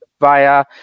via